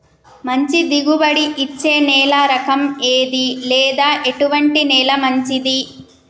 మంచి దిగుబడి ఇచ్చే నేల రకం ఏది లేదా ఎటువంటి నేల మంచిది?